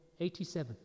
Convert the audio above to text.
87